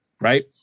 Right